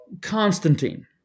Constantine